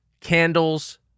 candles